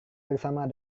bersama